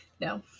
No